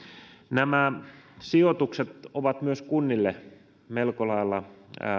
nämä sijoitukset ovat myös kunnille melko lailla